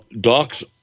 Docs